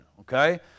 okay